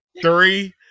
three